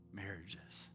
marriages